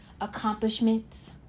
accomplishments